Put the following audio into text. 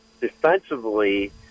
defensively